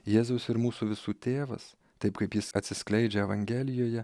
jėzus ir mūsų visų tėvas taip kaip jis atsiskleidžia evangelijoje